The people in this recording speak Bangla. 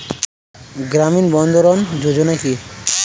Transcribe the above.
গ্রামীণ বন্ধরন যোজনা কি?